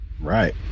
right